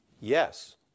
yes